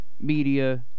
media